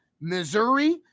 Missouri